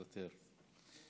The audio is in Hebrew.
מוותר.